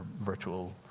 virtual